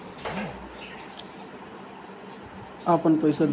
अपन पइसा दोसरा के काम करे खातिर देवल अउर ओहपर बढ़िया मुनाफा कमएला के निवेस कहल जाला